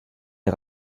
est